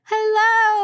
Hello